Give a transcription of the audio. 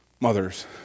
mothers